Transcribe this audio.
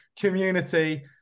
community